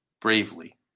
bravely